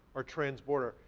are transborder.